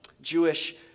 Jewish